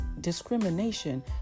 discrimination